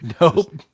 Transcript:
Nope